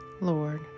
Lord